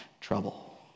trouble